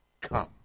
come